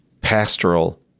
pastoral